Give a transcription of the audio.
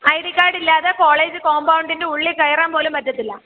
I D കാർഡില്ലാതെ college കോമ്പൗണ്ടിൻ്റെ ഉള്ളിൽ കയറാൻ പോലും പറ്റത്തില്ല